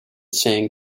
saying